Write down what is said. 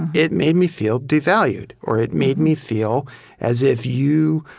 it made me feel devalued. or, it made me feel as if you